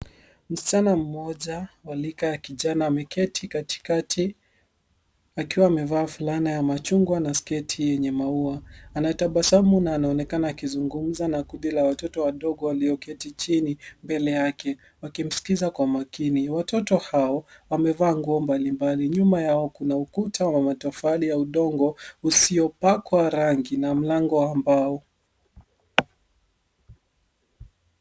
Msichana mmoja walika ya kijana ameketi katikati, akiwa amevaa fulana ya machungwa na sketi yenye maua. Anatabasamu na anaonekana akizungumza na kundi la watoto wa dogo walioketi chini mbele yake, wakimsikiza kwa makini, watoto hao wamevaa nguo mbalimbali. Nyuma yao kuna ukuta wa matofali ya udongo usio pakwa rangi na mlango wa mbao.